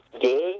good